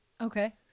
Okay